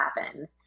happen